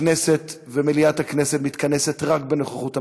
הכנסת, מליאת הכנסת מתכנסת רק בנוכחות הממשלה.